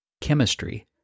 chemistry